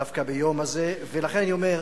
דווקא ביום הזה, ולכן אני אומר,